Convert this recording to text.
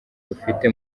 rufite